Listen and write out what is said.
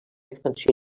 expansió